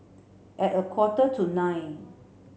at a quarter to nine